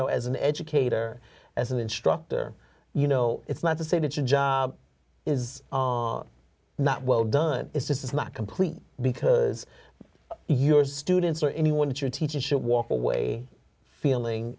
know as an educator as an instructor you know it's not to say that your job is not well done it's just not complete because your students or anyone that you're teaching should walk away feeling